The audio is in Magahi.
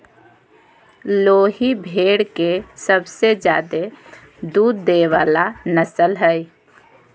लोही भेड़ के सबसे ज्यादे दूध देय वला नस्ल हइ